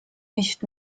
nicht